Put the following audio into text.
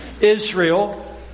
Israel